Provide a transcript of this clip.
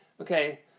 Okay